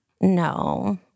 no